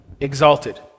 exalted